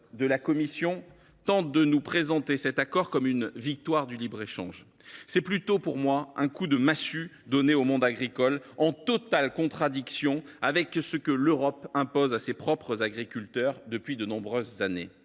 de la Commission européenne tente de nous présenter cet accord comme une victoire du libre échange. C’est plutôt un coup de massue donnée au monde agricole, en totale contradiction avec ce que l’Europe impose à ses propres agriculteurs depuis de nombreuses années.